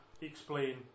explain